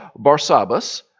Barsabbas